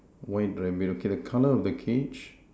white rabbit okay the colour of the cage